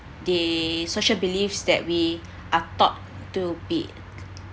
the social believes that we are taught to be